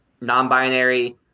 non-binary